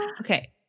Okay